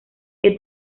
que